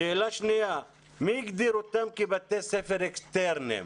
שאלה שניה, מי הגדיר אותם כבתי ספר אקסטרניים?